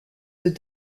œufs